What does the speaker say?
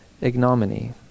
ignominy